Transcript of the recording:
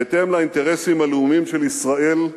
בהתאם לאינטרסים הלאומיים של ישראל,